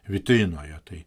vitrinoje tai